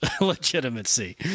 legitimacy